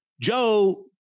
Joe